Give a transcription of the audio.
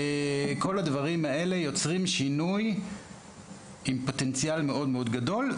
כל הדברים האלה יוצרים שינוי עם פוטנציאל מאוד מאוד גדול.